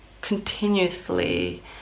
continuously